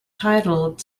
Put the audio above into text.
titled